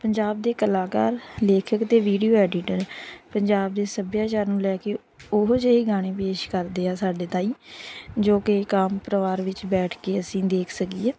ਪੰਜਾਬ ਦੇ ਕਲਾਕਾਰ ਲੇਖਕ ਅਤੇ ਵੀਡੀਓ ਐਡੀਟਰ ਪੰਜਾਬ ਦੇ ਸੱਭਿਆਚਾਰ ਨੂੰ ਲੈ ਕੇ ਉਹੋ ਜਿਹੇ ਗਾਣੇ ਪੇਸ਼ ਕਰਦੇ ਆ ਸਾਡੇ ਤਾਈਂ ਜੋ ਕਿ ਇੱਕ ਆਮ ਪਰਿਵਾਰ ਵਿੱਚ ਬੈਠ ਕੇ ਅਸੀਂ ਦੇਖ ਸਕੀਏ